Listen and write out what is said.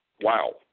Wow